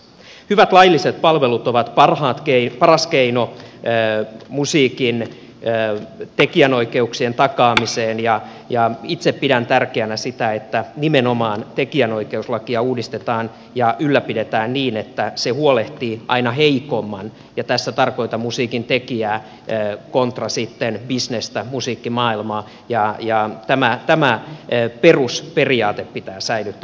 hyvät lailliset palvelut ovat paras keino musiikin tekijänoikeuksien takaamiseen ja itse pidän tärkeänä sitä että nimenomaan tekijänoikeuslakia uudistetaan ja ylläpidetään niin että se huolehtii aina heikoimmasta ja tässä tarkoitan musiikintekijää kontra sitten bisnestä musiikkimaailmaa ja tämä perusperiaate pitää säilyttää